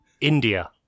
India